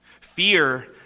Fear